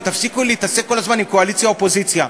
ותפסיקו להתעסק כל הזמן עם קואליציה אופוזיציה.